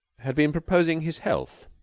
had been proposing his health.